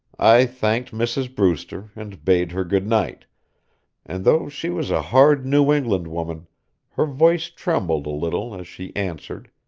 i thanked mrs. brewster, and bade her good-night and though she was a hard new england woman her voice trembled a little as she answered,